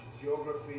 geography